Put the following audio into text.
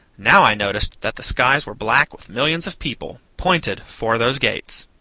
now i noticed that the skies were black with millions of people, pointed for those gates.